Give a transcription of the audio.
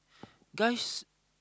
guys